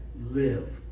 live